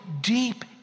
deep